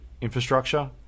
infrastructure